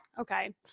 Okay